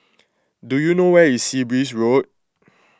do you know where is Sea Breeze Road